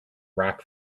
rock